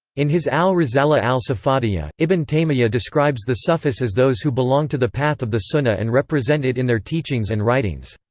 in his al-risala al-safadiyya, ibn taymiyyah describes the sufis as those who belong to the path of the sunna and represent it in their teachings and writings.